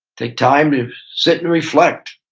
take time to sit and reflect,